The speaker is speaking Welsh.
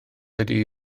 ydy